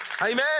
Amen